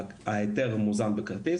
ההיתר מוזן בכרטיס,